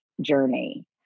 journey